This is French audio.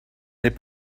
n’est